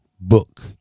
book